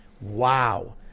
Wow